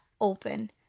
open